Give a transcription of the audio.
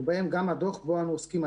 ובהם גם הדוח שבו אנחנו עוסקים,